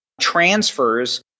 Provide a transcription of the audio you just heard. transfers